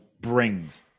brings